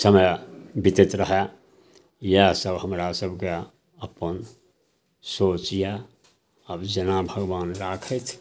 समय बितैत रहै इएहसब हमरासभके अपन सोच यऽ आब जेना भगवान राखथि